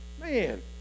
man